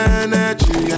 energy